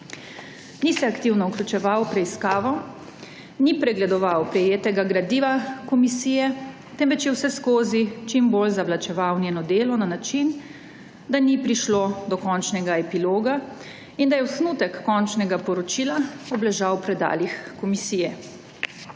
Ni se aktivno vključeval v preiskavo, ni pregledoval prejetega gradiva komisije, temveč je vseskozi čim bolj zavlačeval njeno delo na način, da ni prišlo do končnega epiloga in da je osnutek končnega poročila obležal v predalih komisije.